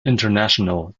international